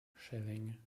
schilling